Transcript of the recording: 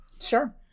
Sure